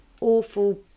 awful